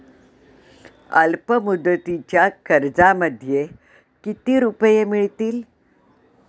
अल्पमुदतीच्या कर्जामध्ये किती रुपये मिळतील?